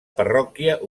parròquia